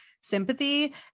sympathy